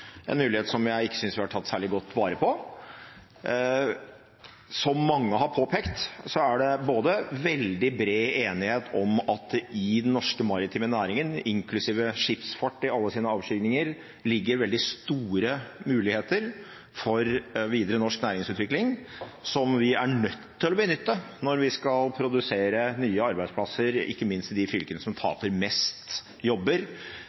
en mulighet som jeg ikke synes vi har tatt særlig godt vare på. Som mange har påpekt, er det veldig bred enighet om at det i den norske maritime næringen – inklusiv skipsfart i alle sine avskygninger – ligger veldig store muligheter for videre norsk næringsutvikling som vi er nødt til å benytte når vi skal produsere nye arbeidsplasser, ikke minst i de fylkene som taper mest jobber